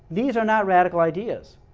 these are not radical ideas.